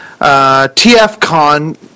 TFCon